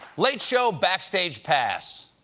late show backstage pass.